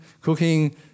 cooking